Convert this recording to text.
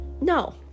No